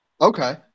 okay